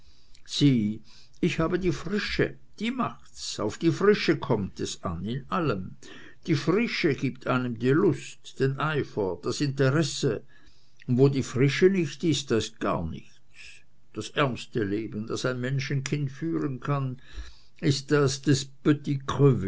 sieh ich habe die frische die macht's auf die frische kommt es an in allem die frische gibt einem die lust den eifer das interesse und wo die frische nicht ist da ist gar nichts das ärmste leben das ein menschenkind führen kann ist das des